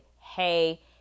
hey